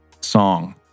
song